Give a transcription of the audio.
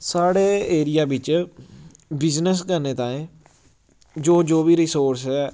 साढ़े एरिया बिच्च बिजनस करने ताईं जो जो बी रिसोर्स ऐ